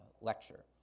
lecture